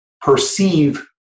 perceive